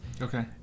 Okay